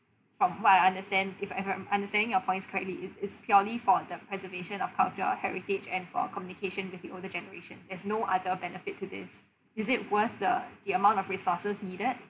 from what I understand if I I'm understanding your points correctly it's it's purely for the preservation of cultural or heritage and for communication with the older generation as no other benefit to this is it worth the the amount of resources needed